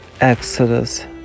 Exodus